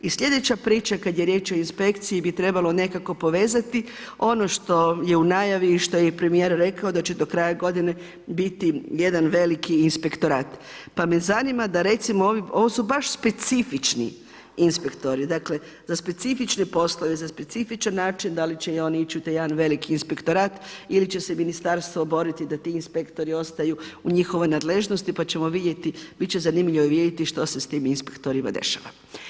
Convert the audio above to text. I slijedeća priča, kad je riječ o inspekciji bi trebalo nekako povezati ono što je u najavi i što je i premijer rekao da će do kraja godine jedan veliki inspektorat pa me zanima da recimo, ovo su baš specifični inspektori, dakle za specifične poslove, za specifičan način da li će i oni ići u taj jedan veliki inspektorat ili će se ministarstvo boriti da ti inspektori ostaju u njihovoj nadležnost pa ćemo vidjeti, bit će zanimljivo vidjeti što se s tim inspektorima dešava.